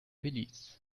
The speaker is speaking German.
belize